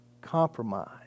compromise